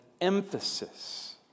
emphasis